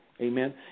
Amen